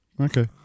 Okay